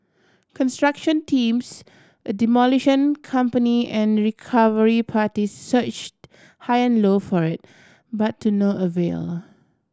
construction teams a demolition company and recovery parties searched high and low for it but to no avail